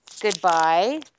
goodbye